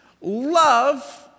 love